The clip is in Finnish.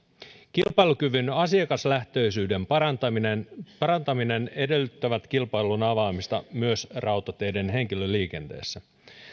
kilpailukyvyn asiakaslähtöisyyden parantaminen parantaminen edellyttää kilpailun avaamista myös rautateiden henkilöliikenteessä